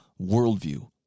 worldview